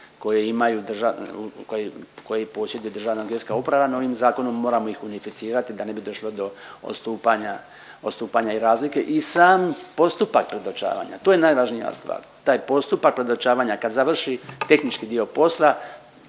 koji posjeduju Državna geodetska uprava no ovim zakonom moramo ih unificirati da ne bi došlo do odstupanja, odstupanja i razlike i sami postupak predočavanja. To je najvažnija stvar, taj postupak predočavanja kad završi tehnički dio posla,